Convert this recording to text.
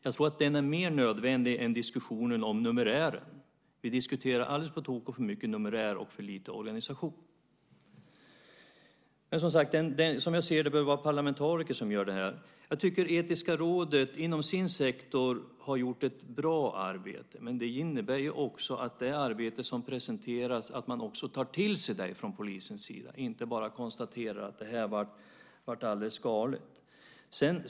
Jag tror att den är mer nödvändig än diskussionen om numerären. Vi diskuterar alldeles på tok för mycket numerär och för lite organisation. Som jag ser det bör det vara parlamentariker som gör översynen. Jag tycker att etiska rådet har gjort ett bra arbete inom sin sektor. Men det innebär också att man från polisens sida tar till sig det arbete som presenteras, inte bara konstaterar att det här blev alldeles galet.